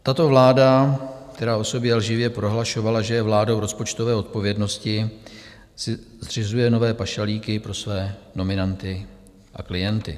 Tato vláda, která o sobě lživě prohlašovala, že je vládou rozpočtové odpovědnosti, si zřizuje nové pašalíky pro své nominanty a klienty.